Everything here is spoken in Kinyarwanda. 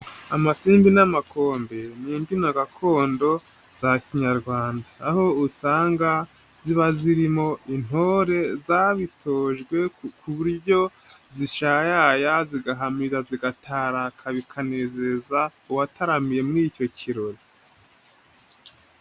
Amasimbi n'amakombe ni imbyino gakondo za kinyarwanda, aho usanga ziba zirimo intore zabitojwe ku buryo zishayaya, zigahamira, zigataraka, bikanezeza uwataramiye muri icyo kirori.